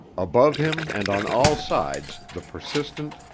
above him and on all sides the persistent,